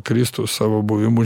kristus savo buvimu